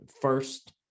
first